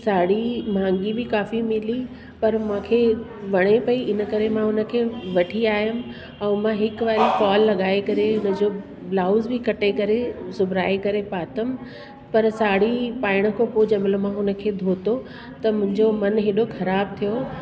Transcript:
साड़ी महांगी बि काफ़ी मिली पर मूंखे वणे पई इन करे मां उन खे वठी आयमि ऐं मां हिकु वारी फॉल लॻाए करे हुन जो ब्लाउज बि कटे करे सिबाए करे पातमि पर साड़ी पाइण खो पोइ जंहिं महिल मां हुन खे धोतो त मुंहिंजो मनु हेॾो ख़राबु थियो